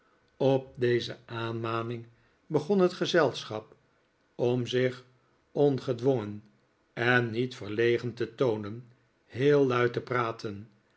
op deze aanmaning begon het gezelschap om zich ongedwongen en niet verlegen te toonen heel luid te praten